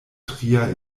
tria